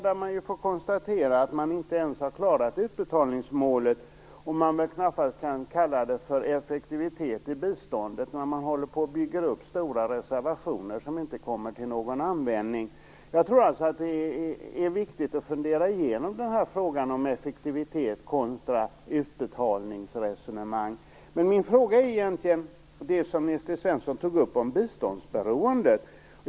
Där har man inte ens klarat utbetalningsmålet. Man kan knappast kalla det för effektivitet i biståndet när man håller på att bygga upp stora reservationer som inte kommer till någon användning. Det är viktigt att fundera igenom frågan om effektivitet kontra utbetalningsresonemang. Men min fråga gäller det som Nils T Svensson tog upp om biståndsberoende.